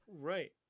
right